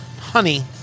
honey